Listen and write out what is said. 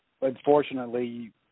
unfortunately